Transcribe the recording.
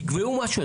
תקבעו משהו.